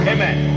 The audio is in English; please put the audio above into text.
Amen